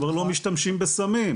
כבר לא משתמשים בסמים,